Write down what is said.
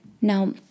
now